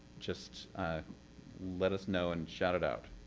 just let us know and shout it out.